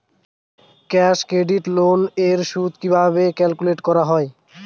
Cash credit loan এর সুদ কিভাবে ক্যালকুলেট করা হয়?